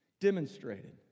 Demonstrated